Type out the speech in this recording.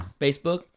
Facebook